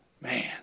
Man